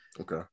Okay